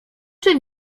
czy